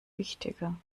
wichtiger